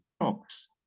talks